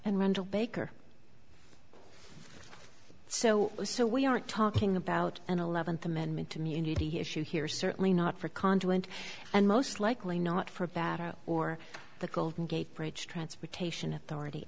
and randall baker so so we aren't talking about an eleventh amendment to munity issue here certainly not for conjoint and most likely not for bad or the golden gate bridge transportation authority